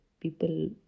people